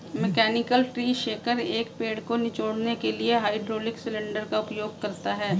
mechanical tree shaker, एक पेड़ को निचोड़ने के लिए हाइड्रोलिक सिलेंडर का उपयोग करता है